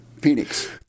Phoenix